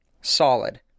Solid